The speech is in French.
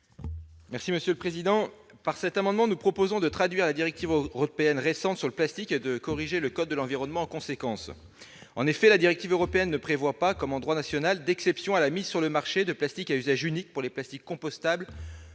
M. Guillaume Gontard. Par cet amendement, nous proposons de traduire la directive européenne récente sur le plastique et de corriger le code de l'environnement en conséquence. En effet, la directive européenne ne prévoit pas, comme en droit national, d'exception à la mise sur le marché de produits en plastique à usage unique pour les plastiques compostables